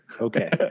okay